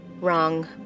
wrong